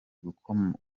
gukomoza